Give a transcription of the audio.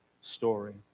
story